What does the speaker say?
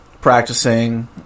practicing